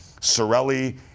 Sorelli